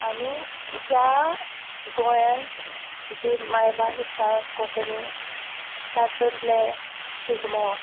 आनी ह्या गोंयांत जी मायभास आसा कोंकणी तातुंतले शिगमो